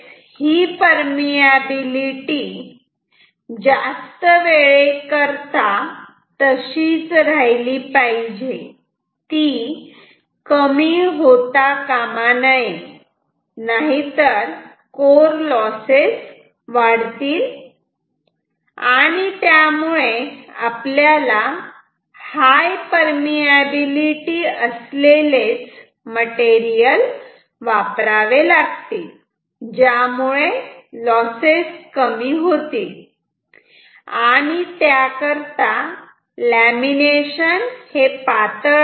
तसेच ही परमियाबिलिटी जास्त वेळे करता तशीच राहिली पाहिजे कमी होता कामा नये नाहीतर कोरलॉसेस वाढतील आणि त्यामुळे आपल्याला हाय परमियाबिलिटी असलेले मटेरियल वापरावे लागतील ज्यामुळे लॉसेस कमी होतील आणि त्याकरता लॅमिनेशन हे पातळ असले पाहिजे